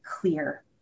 clear